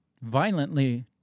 violently